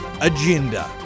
Agenda